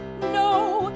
no